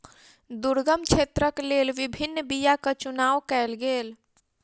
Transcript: दुर्गम क्षेत्रक लेल विभिन्न बीयाक चुनाव कयल गेल